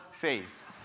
face